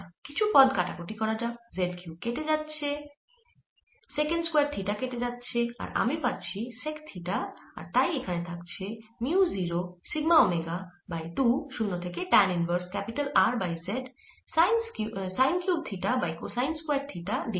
কিছু পদ কাটাকুটি করা যাক z কিউব কেটে যাচ্ছে সেক্যান্ট স্কয়ার থিটা কেটে যাচ্ছে আমি পাচ্ছি সেক থিটা আর তাই এখানে থাকছে মিউ 0 সিগমা ওমেগা বাই 20 থেকে tan inverse R by z sine cube theta by cosine square theta d theta